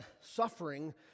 suffering